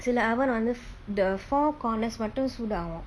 சில:sila oven வந்து:vanthu the four corners மட்டு சூடாகு:mattu soodaku